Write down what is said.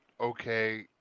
okay